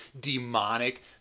demonic